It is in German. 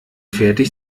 fertig